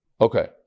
Okay